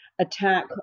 attack